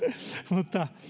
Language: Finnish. mutta